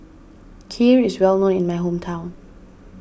Kheer is well known in my hometown